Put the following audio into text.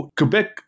Quebec